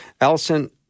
Allison